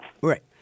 Right